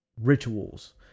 rituals